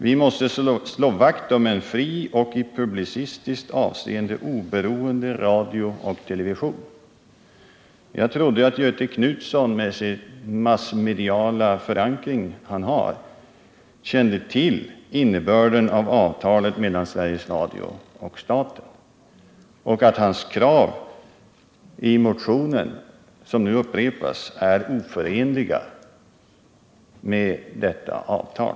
Vi måste slå vakt om en fri och i publicistiskt avseende oberoende radio och television. Jag trodde att Göthe Knutson med den massmediala förankring han har kände till innebörden av avtalet mellan Sveriges Radio och staten. Nu måste jag upplysa honom om att kraven i hans motion är oförenliga med detta avtal.